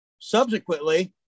Subsequently